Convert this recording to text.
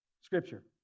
scripture